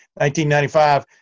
1995